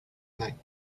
nine